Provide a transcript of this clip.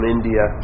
India